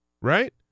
Right